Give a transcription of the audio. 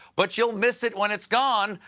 but you'll miss it when it's gone.